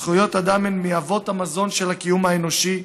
זכויות אדם הם מאבות המזון של הקיום האנושי,